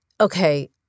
okay